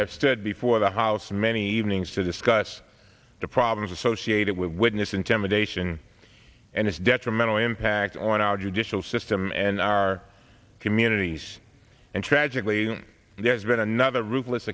have stood before the house many evenings to discuss the problems associated with witness intimidation and its detrimental impact on our judicial system and our communities and tragically there's been another ruthless